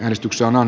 äänestykseen on